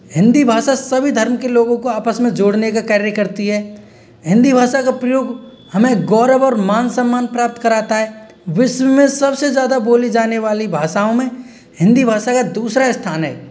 हिंदी भाषा सभी धर्म के लोगों को आपस में जोड़ने का कार्य करती है हिंदी भाषा का प्रयोग हमें गौरव और मान सम्मान प्राप्त कराता है विश्व में सबसे ज़्यादा बोली जाने वाली भाषाओं में हिंदी भाषा का दूसरा स्थान है